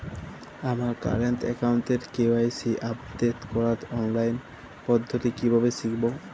আমার কারেন্ট অ্যাকাউন্টের KYC update করার অনলাইন পদ্ধতি কীভাবে শিখব?